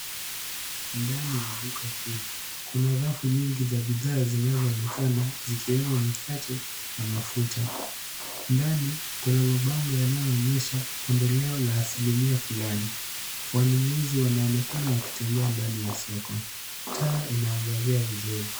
Ndani ya duka kuu, kuna rafu nyingi za bidhaa zinazoonekana zikiwemo mikate na mafuta, ndani kuna mabango yanayoonyesha ondoleo la asilimia fulani. Wanunuzi wanaonekana wakitembea ndani ya soko. Taa inaangazia vizuri.